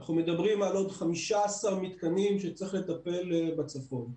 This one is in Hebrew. אנחנו מדברים על עוד 15 מתקנים שצריך לטפל בצפון.